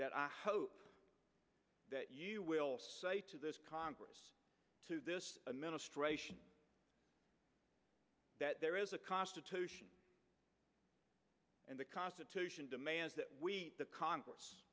that i hope that you will say to this congress this administration that there is a constitution and the constitution demands that the congress